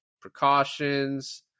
precautions